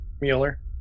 Mueller